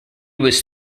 was